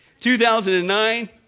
2009